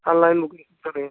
online booking करें